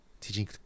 teaching